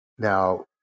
Now